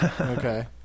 Okay